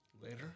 later